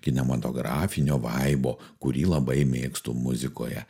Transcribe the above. kinematografinio vaibo kurį labai mėgstu muzikoje